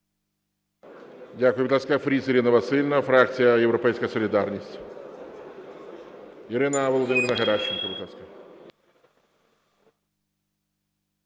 Дякую. Будь ласка, Фріз Ірина Василівна, фракція "Європейська солідарність". Ірина Володимирівна Геращенко, будь ласка.